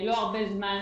לא הרבה זמן.